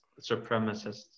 supremacists